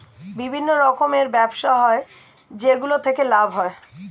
বিভিন্ন রকমের ব্যবসা হয় যেগুলো থেকে লাভ হয়